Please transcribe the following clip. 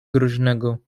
groźnego